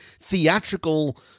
theatrical